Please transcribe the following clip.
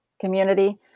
community